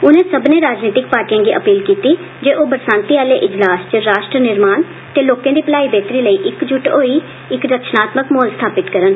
उनें सब्बने राजनीतिक पार्टीयें गी अपील कीत्ती जे ओह बरसांती आले इजलास इच राष्ट्र निर्माण ते लोकें दी भलाई बेहतरी लेई इक्कजुट होई इक रचनात्मक म्होल स्थापित करन